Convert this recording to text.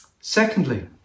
Secondly